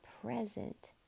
present